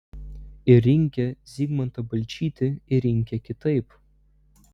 ir rinkę zigmantą balčytį ir rinkę kitaip